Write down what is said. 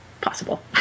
possible